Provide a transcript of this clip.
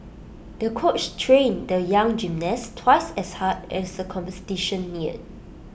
the coach trained the young gymnast twice as hard as the competition neared